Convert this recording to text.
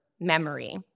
memory